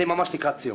אני ממש לקראת סיום.